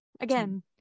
again